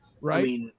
right